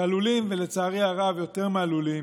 שעלולים, ולצערי הרב, יותר מעלולים,